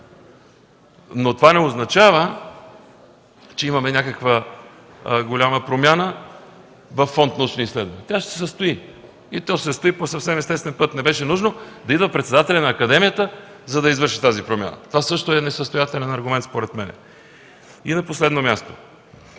Но това не означава, че има някаква голяма промяна във Фонд „Научни изследвания”. Тя ще се състои, и то ще се състои по съвсем естествен път. Не беше нужно да идва председателят на академията, за да извърши тази промяна. Това също е несъстоятелен аргумент, според мен. И на последно място